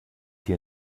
hier